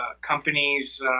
companies